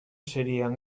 serían